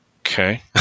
Okay